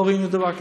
לא ראינו דבר כזה.